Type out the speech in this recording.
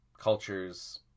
cultures